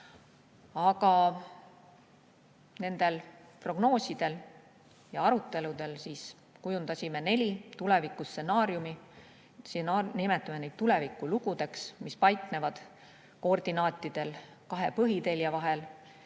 Nendel prognoosimistel ja aruteludel kujundasime neli tulevikustsenaariumi. Nimetame neid tulevikulugudeks, mis paiknevad koordinaatidel kahe põhitelje vahel.